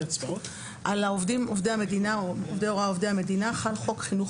על עובדי הוראה עובדי המדינה חל חוק חינוך